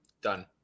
done